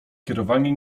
kierowanie